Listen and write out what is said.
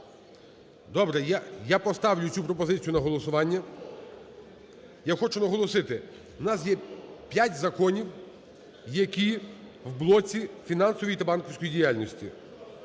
я поставлю цю пропозицію на голосування. Я хочу наголосити, в нас є п'ять законів, які в блоці фінансової та банківської діяльності.